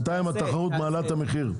בינתיים התחרות מעלה את המחיר.